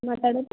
ಮಾತಾಡುದು